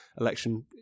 election